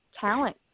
talent